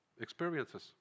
experiences